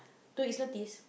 two weeks notice